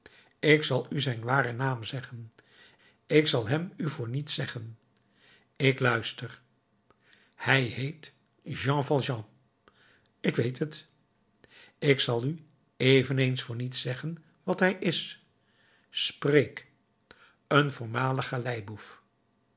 ik zal u zijn waren naam zeggen ik zal hem u voor niets zeggen ik luister hij heet jean valjean ik weet het ik zal u eveneens voor niets zeggen wat hij is spreek een voormalig